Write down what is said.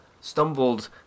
Stumbled